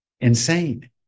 Insane